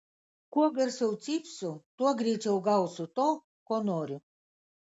kuo garsiau cypsiu tuo greičiau gausiu to ko noriu